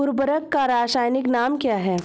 उर्वरक का रासायनिक नाम क्या है?